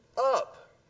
up